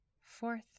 fourth